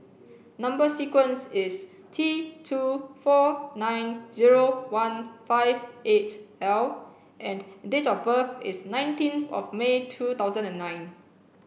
number sequence is T two four nine zero one five eight L and date of birth is nineteenth of May two thousand and nine